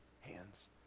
hands